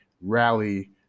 rally